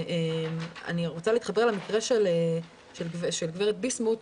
אני רוצה להתחבר למקרה של גב' ביסמוט.